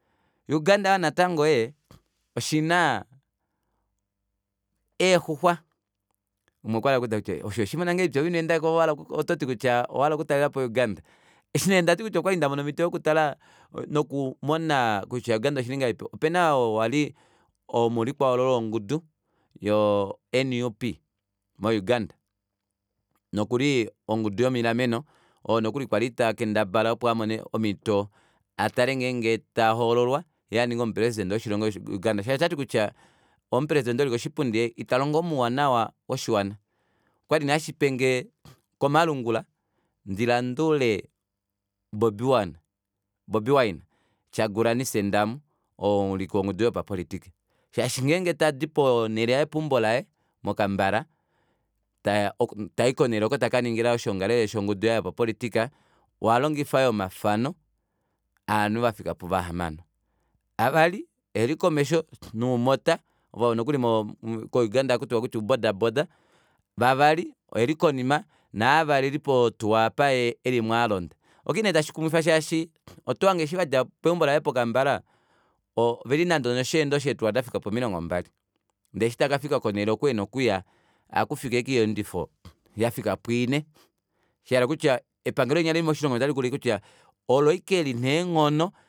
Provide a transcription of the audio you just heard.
Uganda yoo natango oshina eexuxwa umwe okwahala nee kupula kutya osho oweshimona ngahelipi ove inweendako ove ototi kutya owahala okutalelapo uganda eshi nee ndati kutya okwali ndamona omito yokutala nokumona kutya uganda oshili ngahelipi opena oo ali omuulikwa hoololwa wongudu yo nup mo uganda nokuli ongudu yomilameno oo nokuli ali takendabala opo amone omito atale ngenge tahoololwa yee aninge omupresident woshilongo osho uganda shaashi otati kutya omupresident oo eli koshipundi italongo mouwanawa woshiwana okwali nee hashipenge komalungula ndilandule bobi wine oo eli omuwiliki wongudu yongudu yopapolitika shaashi ngeenge tadi ponele opo peumbo laye mo kampla tayi konele oko takaningila oshongalele shongudu yaye yopapolitika ohalongifa yoo omafano ovanhu vafika puva hamano avali eelikomesho noumota nokuli ko uganda ohakutiwa ou bota bota vavali eelikonima naavali eeli potuwa aapa yee elimo alonda. Okwali nee tashikumwifa shaashi oto hange eshi vadja peumbo laye po kampala oveli nande ono sheendo sheetuwa dafika pomilongo mbali ndee eshi takafika konele oko ena okuya ohakufiki ashike oyeendifo yafika pwiinhe shahala kutya epangelo linya lilimoshilongo olo ashike lina eenghono